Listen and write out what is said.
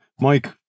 Mike